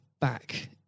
back